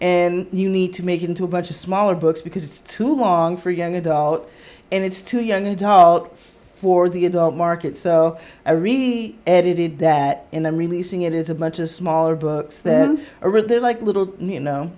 and you need to make it into a much smaller books because it's too long for young adult and it's too young adult for the adult market so i really edited that and then releasing it is a bunch of smaller books that are at their like little you know